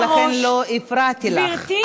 ולכן לא הפרעתי לך,